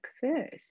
first